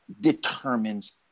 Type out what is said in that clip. determines